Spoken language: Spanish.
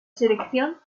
selección